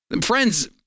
Friends